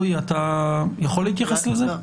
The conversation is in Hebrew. אורי, אתה יכול להתייחס לזה?